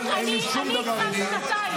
אני כבר שנתיים, פעם ביקשתי ממך לסיים?